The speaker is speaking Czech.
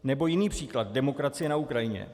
Nebo jiný příklad demokracie na Ukrajině.